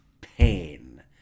pain